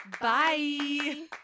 Bye